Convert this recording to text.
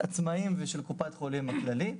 עצמאיים ושל קופת חולים כללית,